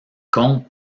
compte